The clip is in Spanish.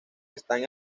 están